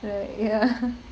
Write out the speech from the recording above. like ya